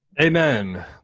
Amen